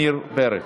פרץ.